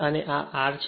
અને આ R છે